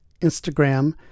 Instagram